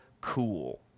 cool